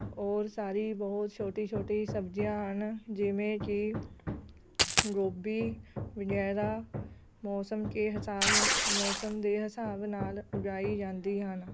ਔਰ ਸਾਰੀ ਬਹੁਤ ਛੋਟੀ ਛੋਟੀ ਸਬਜ਼ੀਆਂ ਹਨ ਜਿਵੇਂ ਕਿ ਗੋਭੀ ਵਗੈਰਾ ਮੌਸਮ ਕੇ ਹਿਸਾਬ ਮੌਸਮ ਦੇ ਹਿਸਾਬ ਨਾਲ ਉਗਾਈ ਜਾਂਦੀ ਹਨ